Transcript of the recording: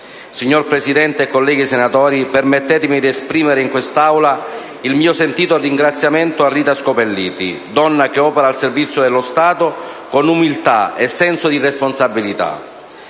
Signor Presidente, colleghi senatori, permettetemi di esprimere in quest'Aula il mio sentito ringraziamento a Rita Scopelliti, donna che opera al servizio dello Stato con umiltà e senso di responsabilità,